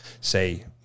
say